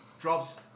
Drops